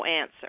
answer